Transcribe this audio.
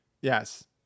Yes